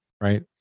Right